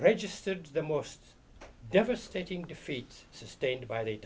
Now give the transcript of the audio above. registered the most devastating defeat sustained by the